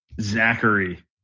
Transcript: Zachary